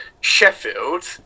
Sheffield